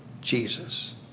Jesus